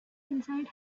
inside